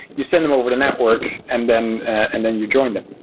you send them over the network and then and then you join them.